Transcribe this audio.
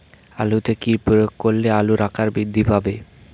আলুতে কি প্রয়োগ করলে আলুর আকার বৃদ্ধি পাবে?